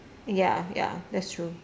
ya ya that's true